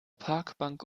parkbank